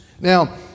Now